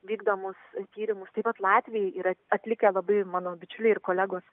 vykdomus tyrimus taip pat latviai yra atlikę labai mano bičiuliai ir kolegos